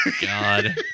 God